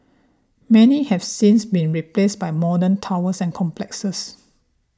many have since been replaced by modern towers and complexes